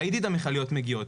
ראיתי את המכליות מגיעות,